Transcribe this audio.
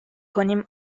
کنیم